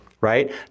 right